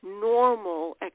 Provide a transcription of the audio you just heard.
normal